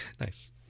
Nice